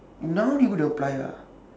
now you're going to apply ah